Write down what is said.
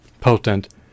potent